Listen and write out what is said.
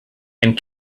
and